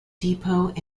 depot